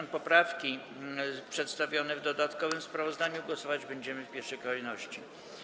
Nad poprawkami przedstawionymi w dodatkowym sprawozdaniu głosować będziemy w pierwszej kolejności.